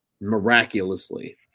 miraculously